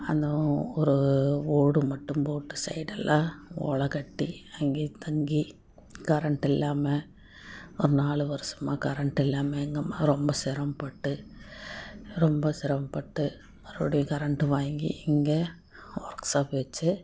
அந்த ஒரு ஓடு மட்டும் போட்டு சைடு எல்லாம் ஓலை கட்டி அங்கேயே தங்கி கரண்டு இல்லாம ஒரு நாலு வருஷமா கரண்டு இல்லாம எங்கள் அம்மா ரொம்ப சிரமப்பட்டு ரொம்ப சிரமப்பட்டு மறுபடி கரண்டு வாங்கி இங்கே ஒர்க் ஷாப் வச்சு